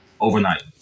overnight